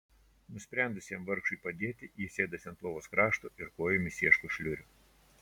nusprendusi jam vargšui padėti ji sėdasi ant lovos krašto ir kojomis ieško šliurių